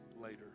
later